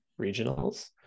regionals